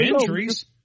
injuries